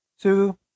two